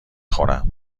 خورم